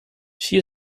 she